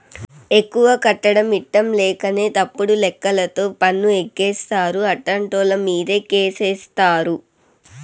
ఎక్కువ కట్టడం ఇట్టంలేకనే తప్పుడు లెక్కలతో పన్ను ఎగేస్తారు, అట్టాంటోళ్ళమీదే కేసేత్తారు